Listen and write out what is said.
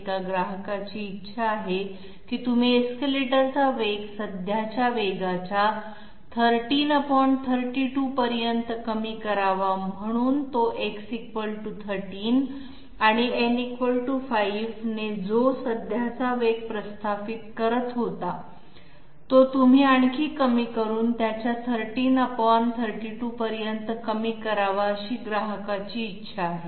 एका ग्राहकाची इच्छा आहे की तुम्ही एस्केलेटरचा वेग सध्याच्या वेगाच्या 1332 पर्यंत कमी करावा म्हणून तो X 13 आणि n 5 ने जो सध्याचा वेग स्थापित करत होता तो तुम्ही आणखी कमी करून त्याच्या 1332 पर्यंत कमी करावा अशी ग्राहकाची इच्छा आहे